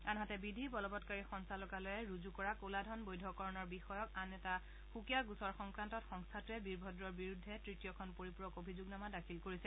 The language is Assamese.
আনহাতে বিধি বলৱৎকাৰী সঞ্চালকালয়ে ৰুজু কৰা কলাধন বৈধকৰণৰ বিষয়ক আন এটা সুকীয়া গোচৰৰ সংক্ৰান্তত সংস্থাটোৱে বীৰভদ্ৰৰ বিৰুদ্ধে তৃতীয়খন পৰিপূৰক অভিযোগনামা দাখিল কৰিছে